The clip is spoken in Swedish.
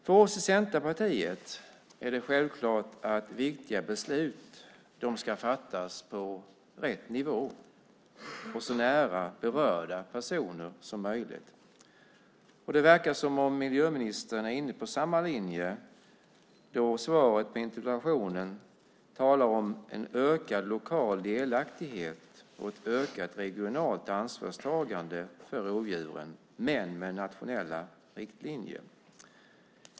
För oss i Centerpartiet är det självklart att viktiga beslut ska fattas på rätt nivå och så nära berörda personer som möjligt. Det verkar som om miljöministern är inne på samma linje då man i svaret på interpellationen talar om en ökad lokal delaktighet och ett ökat regionalt ansvar för rovdjuren, men med nationella riktlinjer.